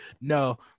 No